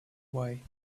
way